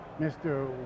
mr